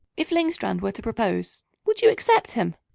if lyngstrand were to propose, would you accept him?